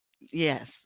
Yes